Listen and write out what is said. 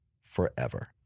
forever